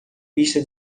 pista